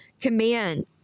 command